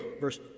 verse